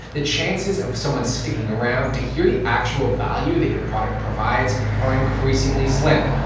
the chances of someone sticking around to hear the actual value that your product provides are increasingly slim.